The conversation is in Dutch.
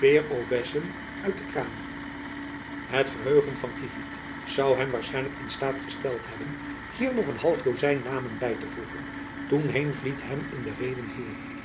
obbessen uit de kraan het geheugen van kievit zoû hem waarschijnlijk in staat gesteld hebben hier nog een half dozijn namen by te voegen toen heenvliet hem in de reden viel